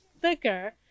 thicker